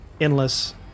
endless